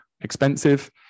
expensive